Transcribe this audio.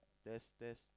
test test